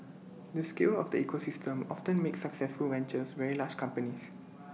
the scale of the ecosystem often makes successful ventures very large companies